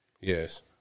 Yes